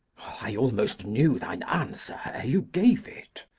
i almost knew thine answer ere you gave it.